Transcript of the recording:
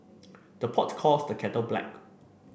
the pot calls the kettle black